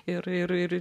ir ir ir